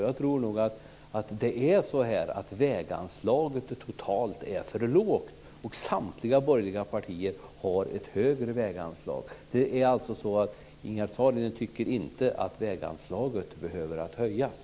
Jag tror att väganslaget totalt är för lågt. Samtliga borgerliga partier föreslår ett högre väganslag. Ingegerd Saarinen tycker alltså inte att väganslaget behöver att höjas.